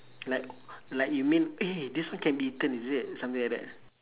like like you mean eh this one can be eaten is it something like that